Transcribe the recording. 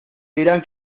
dirán